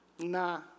Nah